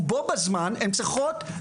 ובו בזמן הן צריכות,